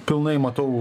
pilnai matau